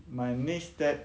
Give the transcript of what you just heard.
my next step